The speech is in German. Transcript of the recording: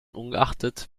ungeachtet